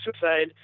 suicide